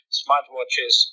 smartwatches